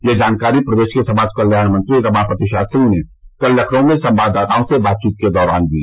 यह जानकारी प्रदेश के समाज कल्याण मंत्री रमापति शास्त्री ने कल लखनऊ में संवाददातओं से बातचीत के दौरान दी